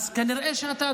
אז כנראה שאתה,